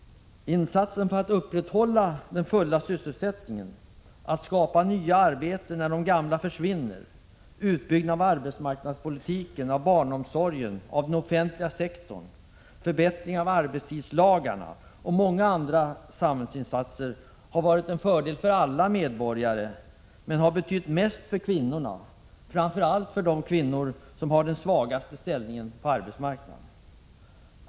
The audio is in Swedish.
Insatserna för att upprätthålla den fulla sysselsättningen, att skapa nya arbeten när de gamla försvinner, utbyggnaden av arbetsmarknadspolitiken och av den offentliga sektorn, förbättring av arbetstidslagarna och många andra samhällsinsatser har varit till fördel för alla medborgare. Men de har betytt mest för kvinnorna, framför allt de kvinnor som haft den svagaste ställningen på arbetsmarknaden.